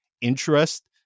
interest